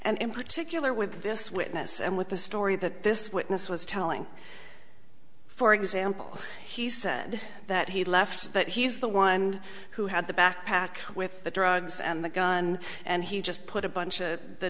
and in particular with this witness and with the story that this witness was telling for example he said that he left that he's the one who had the backpack with the drugs and the gun and he just put a bunch of the